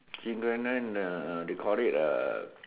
skincare trend uh they call it uh